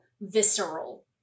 visceral